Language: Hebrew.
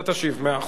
אתה תשיב, מאה אחוז.